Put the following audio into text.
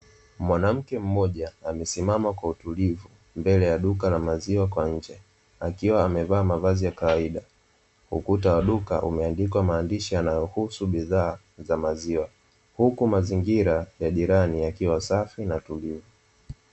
Mwanamke mmoja amesimama kwa utulivu mbele ya duka la maziwa kwa nje akiwa amevaa mavazi ya kawaida ukuta wa duka umeandikwa maandishi yanayohusu bidhaa za maziwa, huku mazingira ya jirani yakiwa safi na tulivu.